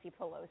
Pelosi